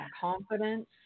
confidence